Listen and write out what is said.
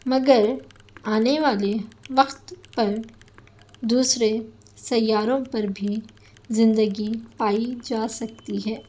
مگر آنے والے وقت پر دوسرے سیاروں پر بھی زندگی پائی جا سکتی ہے